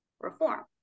Reform